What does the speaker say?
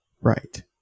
Right